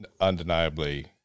undeniably